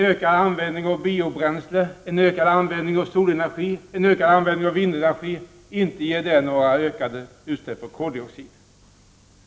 Ökad användning av biobränslen, solenergi och vindenergi — inte ger det några ökade utsläpp av koldioxid!